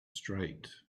straight